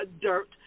dirt